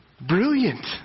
Brilliant